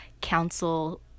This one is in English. council